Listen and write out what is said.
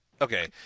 Okay